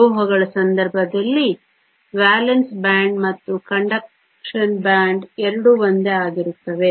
ಲೋಹಗಳ ಸಂದರ್ಭದಲ್ಲಿ valence band ಮತ್ತು ಕಂಡಕ್ಷನ್ ಬ್ಯಾಂಡ್ ಎರಡೂ ಒಂದೇ ಆಗಿರುತ್ತವೆ